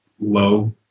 low